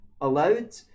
allowed